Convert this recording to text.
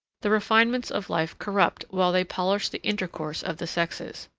the refinements of life corrupt while they polish the intercourse of the sexes.